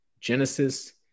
Genesis